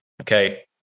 okay